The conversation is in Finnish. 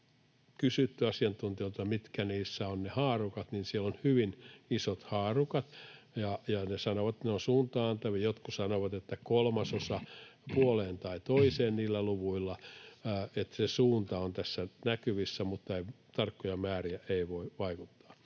on kysytty, mitkä niissä ovat ne haarukat, niin siellä on hyvin isot haarukat. He sanovat, että ne ovat suuntaa-antavia: jotkut sanovat, että kolmasosa puoleen tai toiseen niillä luvuilla, että se suunta on tässä näkyvissä, mutta tarkkoja määriä ei voi antaa.